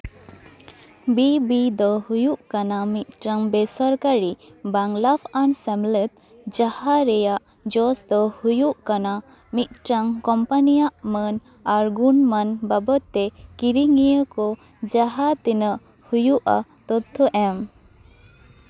B B B ᱫᱚ ᱦᱩᱭᱩᱜ ᱠᱟᱱᱟ ᱢᱤᱫᱴᱟᱝ ᱵᱮᱥᱚᱨᱠᱟᱨᱤ ᱵᱟᱝᱞᱟᱯ ᱟᱱ ᱥᱮᱢᱞᱮᱫ ᱡᱟᱦᱟᱸ ᱨᱮᱭᱟᱜ ᱡᱚᱥ ᱫᱚ ᱦᱩᱭᱩᱜ ᱠᱟᱱᱟ ᱢᱤᱫᱴᱟᱝ ᱠᱳᱢᱯᱟᱱᱤᱭᱟᱜ ᱢᱟᱹᱱ ᱟᱨ ᱜᱩᱱ ᱢᱟᱱ ᱵᱟᱵᱚᱫ ᱛᱮ ᱠᱤᱨᱤᱧᱤᱭᱟᱹ ᱠᱚ ᱡᱟᱦᱟᱸ ᱛᱤᱱᱟᱹᱜ ᱦᱩᱭᱩᱜᱼᱟ ᱛᱚᱛᱛᱷᱚ ᱮᱢ